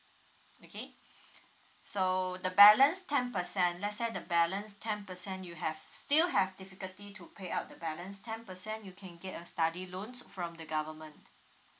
okay so the balance ten percent let's say the balance ten percent you have still have difficulty to pay up the balance ten percent you can get a study loans from the government